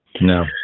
No